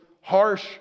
harsh